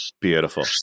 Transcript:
Beautiful